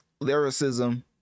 lyricism